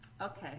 Okay